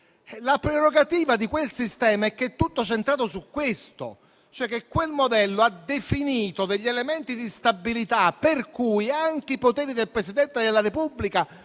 la prerogativa di quel sistema è quella di essere tutto centrato su questo, cioè quel modello ha definito degli elementi di stabilità per cui anche i poteri del Presidente della Repubblica,